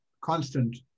constant